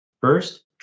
First